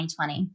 2020